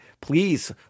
please